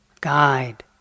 guide